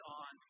on